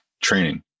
training